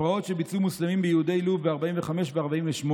הפרעות שביצעו מוסלמים ביהודי לוב ב-1945 וב-1948